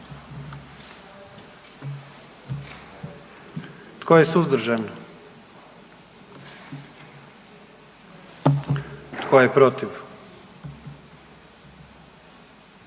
Tko je suzdržan? I tko je protiv?